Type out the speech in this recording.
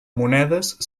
monedes